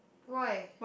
why